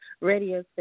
Radio